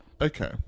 Okay